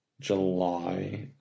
July